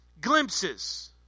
Glimpses